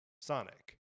Sonic